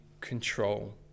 control